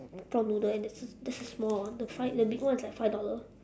prawn noodle and that's the that's the small one the five the big one is like five dollar